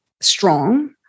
strong